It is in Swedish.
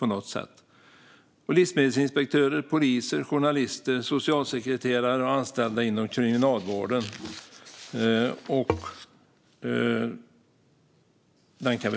Det gäller också livsmedelsinspektörer, poliser, journalister, socialsekreterare och anställda inom kriminalvården.